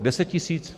Deset tisíc?